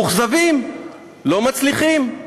מאוכזבים, לא מצליחים.